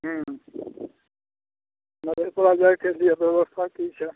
हूँ मधेपुरा जाइके लिए ब्यवस्था की छै